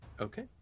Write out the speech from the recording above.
Okay